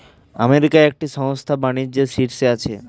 আমেরিকার একটি সংস্থা বাণিজ্যের শীর্ষে আছে